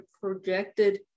projected